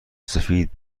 سفید